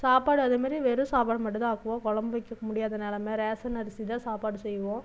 சாப்பாடு அது மாதிரி வெறும் சாப்பாடு மட்டும் தான் ஆக்குவோம் குழம்பு வைக்க முடியாத நெலைம ரேஷன் அரிசி தான் சாப்பாடு செய்வோம்